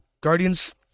Guardians